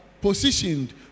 positioned